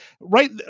right